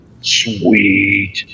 Sweet